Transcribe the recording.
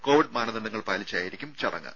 Covid മാനദണ്ഡങ്ങൾ പാലിച്ചായിരിക്കും ചടങ്ങ്